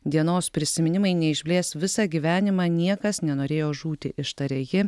dienos prisiminimai neišblės visą gyvenimą niekas nenorėjo žūti ištarė ji